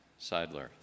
Seidler